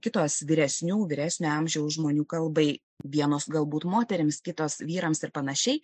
kitos vyresnių vyresnio amžiaus žmonių kalbai vienos galbūt moterims kitos vyrams ir panašiai